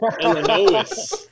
Illinois